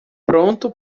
pronto